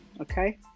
Okay